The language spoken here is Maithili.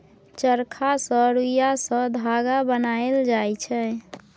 चरखा सँ रुइया सँ धागा बनाएल जाइ छै